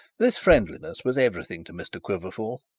this friendliness was everything to mr quiverful.